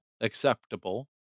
acceptable